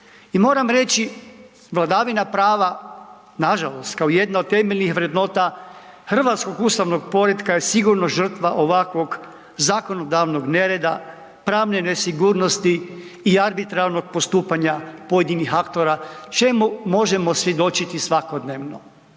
I moram reći, vladavina prava nažalost, kao jedna od temeljnih vrednota hrvatskog ustavnog poretka je sigurno žrtva ovakvog zakonodavnog nereda, pravne sigurnosti i arbitrarnog postupanja pojedinih aktora, čemu možemo svjedočiti svakodnevno.